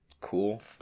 cool